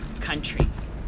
countries